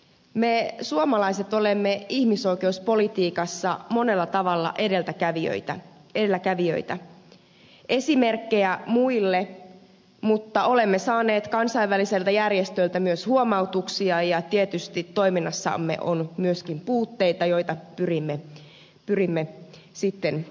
me suomalaiset olemme ihmisoikeuspolitiikassa monella tavalla edelläkävijöitä esimerkkejä muille mutta olemme saaneet kansainvälisiltä järjestöiltä myös huomautuksia ja tietysti toiminnassamme on myöskin puutteita joita pyrimme sitten poistamaan